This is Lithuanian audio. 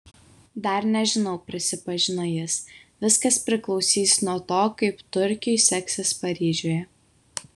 dar nežinau prisipažino jis viskas priklausys nuo to kaip turkiui seksis paryžiuje